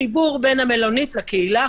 חיבור בין המלונית לקהילה,